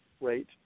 rate